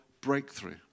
breakthrough